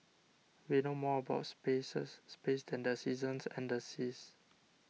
we know more about spaces space than the seasons and the seas